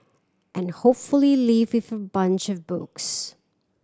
and hopefully leave with a bunch of books